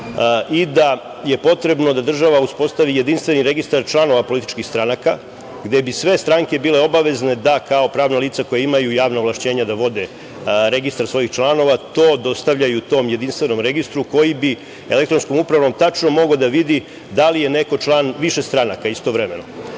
i da je potrebno da država uspostavi jedinstveni registar članova političkih stranaka, gde bi sve stranke bile obavezne da kao pravno lice koje imaju javna ovlašćenja da vode registar svojih članova, to dostavljaju tom jedinstvenom registru koji bi elektronskom upravom tačno mogao da vidi da li je neko član više stranka istovremeno.